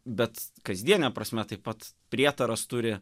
bet kasdiene prasme taip pat prietaras turi